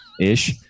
Ish